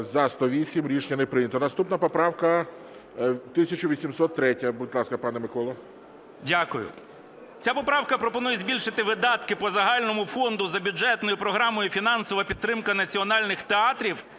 За-108 Рішення не прийнято. Наступна поправка 1803. Будь ласка, пане Миколо. 10:42:16 КНЯЖИЦЬКИЙ М.Л. Дякую. Ця поправка пропонує збільшити видатки по загальному фонду за бюджетною програмою "Фінансова підтримка національних театрів"